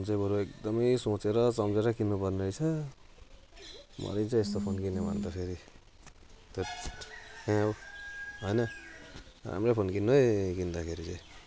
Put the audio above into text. phone चाहिँ बरु एकदमै सोचेर सम्झेर किन्नुपर्ने रहेछ मैले चाहिँ यस्तो फोन किन्यो भनेर फेरि थेट कहाँ हो हैन राम्रै फोन किन्नु है किन्दाखेरि चाहिँ